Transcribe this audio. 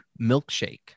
Milkshake